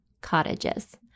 cottages